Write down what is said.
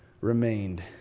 remained